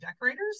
decorators